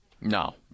No